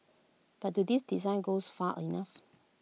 but do these designs goes far enough